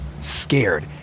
Scared